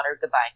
Goodbye